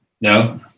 no